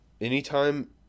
Anytime